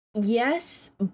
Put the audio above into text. Yes